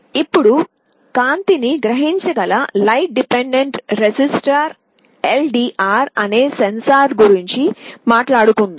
ఇప్పుడు కాంతిని గ్రహించగల లైట్ డిపెండెంట్ రెసిస్టర్ ఎల్డిఆర్ అనే సెన్సార్ గురించి మాట్లాడుదాం